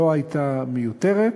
לא הייתה מיותרת.